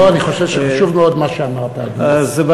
לא, אני חושב שחשוב מאוד מה שאמרת, אדוני.